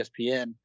ESPN